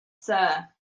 sir